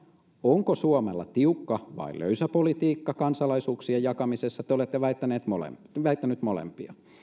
onko suomella tiukka vai löysä politiikka kansalaisuuksien jakamisessa te olette väittänyt molempia